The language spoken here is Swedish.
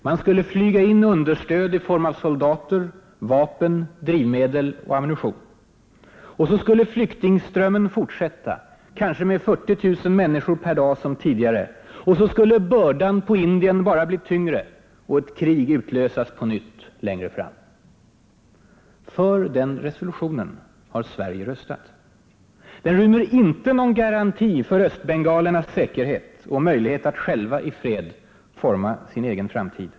Man skulle flyga in understöd i form av soldater, vapen, drivmedel och ammunition. Och så skulle flyktingströmmen fortsätta, kanske med 40 000 människor per dag som tidigare. Och så skulle bördan på Indien bara bli tyngre och ett krig utlösas på nytt längre fram. För den resolutionen har Sverige röstat. Den rymmer inte någon garanti för östbengalernas säkerhet och möjlighet att själva i fred forma sin egen framtid.